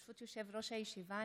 ברשות יושב-ראש הישיבה,